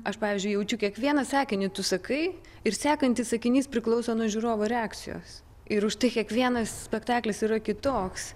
aš pavyzdžiui jaučiu kiekvieną sakinį tu sakai ir sekantis sakinys priklauso nuo žiūrovo reakcijos ir užtai kiekvienas spektaklis yra kitoks